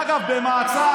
דרך אגב, במעצר.